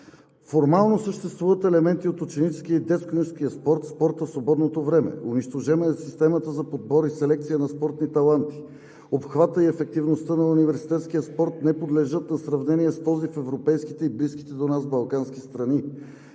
Формално съществуват елементи от ученическия и детско юношеския спорт, спорта в свободното време. Унищожена е системата за подбор и селекция на спортни таланти. Обхватът и ефективността на университетския спорт не подлежат на сравнение с този в европейските и близките до нас балкански страни.